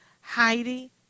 Heidi